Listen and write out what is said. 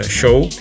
show